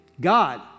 God